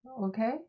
okay